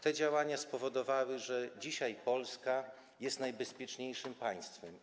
Te działania spowodowały, że dzisiaj Polska jest najbezpieczniejszym państwem.